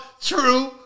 true